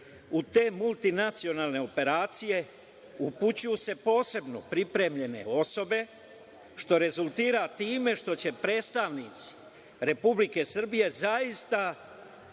U te multinacionalne operacije upućuju se posebno pripremljene osobe, što rezultira time što će predstavnici Republike Srbije zaista